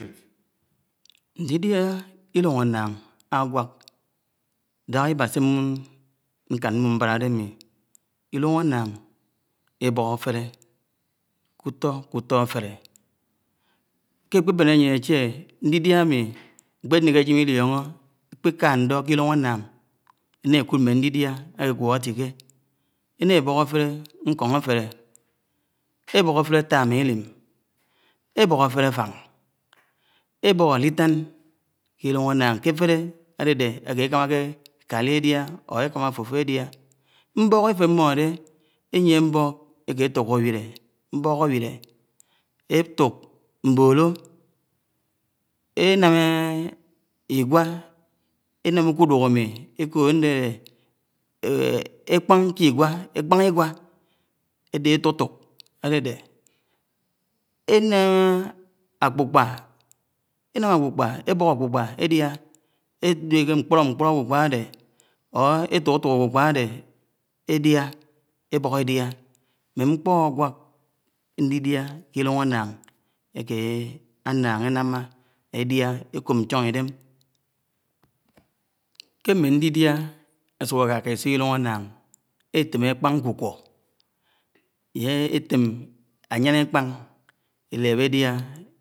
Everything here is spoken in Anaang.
. Ńdidiá llúng ańnańg áwaḱ, Iḋah Iḃah śe ḿmo nĺikán nḃad àdemi, lĺung ańnańg, ebok afele, kuto kuto afele kékpebene aȳén áché, Ńdidiá aḿi eǩpeneke ejem ilioño, ékpéka ńdó ke llúng ańnańg, eńakúd ḿmé ńlidía égwé eṫiké, éna ébok àfeĺe ńkoń áfele, ébok afele atama llim, ebok áfélé áfang ebok anitan ke llung ánnáng ke áfélé ádéde áke ekamoke kali ediá ŏr ekámáfúfú ediá nbok nfén mmodé, eýie mbók etukọ awilé, mbók awilé, etuk mbolo, enám. Igẃa, enám úkúdúk ámi, áde étutuk ádede enaḿ akpápká, ebọk akpápká ediá, edé ke nkprok akpápká ade, or etutuk akpápká ade ebók édia. Mḿe kpe aẃak ǹdidiá ké llúng ańnańg áke ańnańg eńama édia ékop ncẖon iḋem. Ke mme ndidia asuk akakaiso ke ilong annangi, eltem ekpan nkukwo ye etem ayang ekpan edebedia.